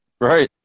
Right